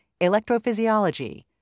electrophysiology